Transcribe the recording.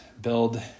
build